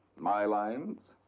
my lines?